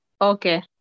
Okay